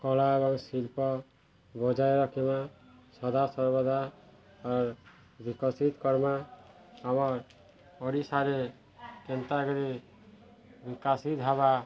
କଳା ଏବଂ ଶିଳ୍ପ ବଜାୟ ରଖିମା ସଦା ସର୍ବଦା ଆର୍ ବିକଶିତ କର୍ମା ଆମର୍ ଓଡ଼ିଶାରେ କେନ୍ତାକରି ବିକାଶିତ ହେବା